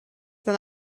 than